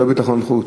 לא ביטחון חוץ.